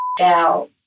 out